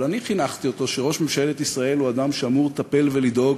אבל אני חינכתי אותו שראש ממשלת ישראל הוא אדם שאמור לטפל ולדאוג